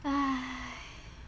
!hais!